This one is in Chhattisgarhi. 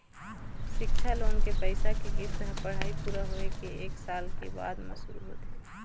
सिक्छा लोन के पइसा के किस्त ह पढ़ाई पूरा होए के एक साल के बाद म शुरू होथे